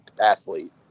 athlete